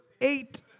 eight